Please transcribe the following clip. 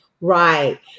Right